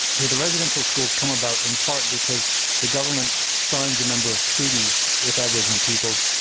so the residential schools come about in part because the government signs a number of treaties with aboriginal peoples,